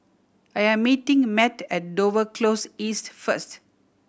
I am meeting Mat at Dover Close East first